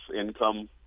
income